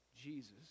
Jesus